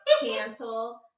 Cancel